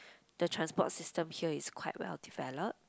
the transport system here is quite well developed